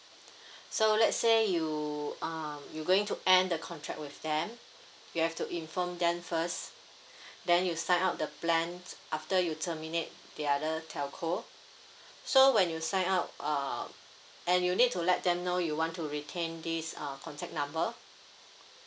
so let's say you uh you going to end the contract with them you have to inform them first then you sign up the plan after you terminate the other telco so when you sign up uh and you need to let them know you want to retain this err contact number